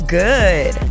good